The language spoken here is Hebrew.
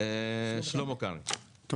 שלמה קרעי, בבקשה.